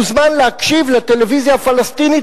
מוזמן להקשיב בימים אלה לטלוויזיה הפלסטינית,